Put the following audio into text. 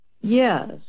Yes